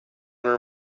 her